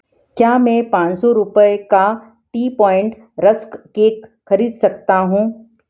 क्या मैं पाँच सौ रुपये का टी पॉइंट रस्क केक खरीद सकता हूँ